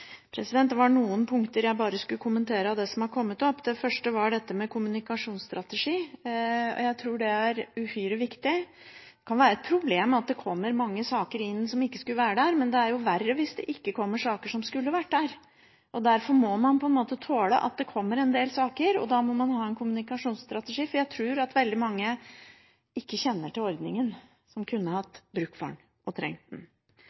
Det var noen punkter jeg bare ville kommentere av det som er kommet opp. Det første var dette med kommunikasjonsstrategi. Jeg tror det er uhyre viktig. Det kan være et problem at det kommer mange saker inn som ikke skulle vært der, men det er jo verre hvis det ikke kommer saker som skulle vært der. Derfor må man på en måte tåle at det kommer en del saker, og da må man ha en kommunikasjonsstrategi. Jeg tror at veldig mange som kunne hatt bruk for den ordningen og trengt den, ikke kjenner til den.